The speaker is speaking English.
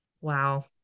wow